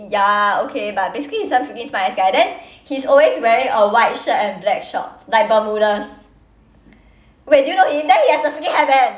ya okay but basically he's some freaking smartass guy then he's always wearing a white shirt and black shorts like bermudas wait do you know him then he has a freaking hairband